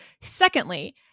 Secondly